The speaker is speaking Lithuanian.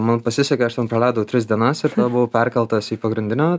man pasisekė aš ten praleidau tris dienas ir buvau perkeltas į pagrindinę